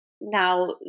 now